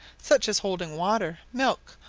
such as holding water, milk,